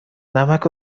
نمک